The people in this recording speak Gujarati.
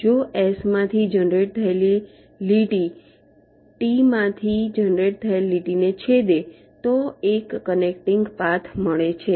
જો S માંથી જનરેટ થયેલ લીટી T માંથી જનરેટ થયેલ લીટીને છેદે તો એક કનેક્ટીંગ પાથ મળે છે